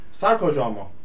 psychodrama